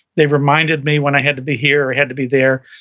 they reminded me when i had to be here, i had to be there,